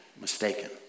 mistaken